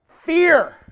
fear